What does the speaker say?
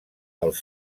els